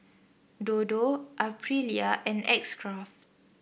Dodo Aprilia and X Craft